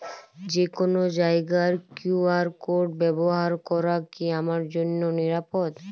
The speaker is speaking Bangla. যে কোনো জায়গার কিউ.আর কোড ব্যবহার করা কি আমার জন্য নিরাপদ?